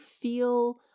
feel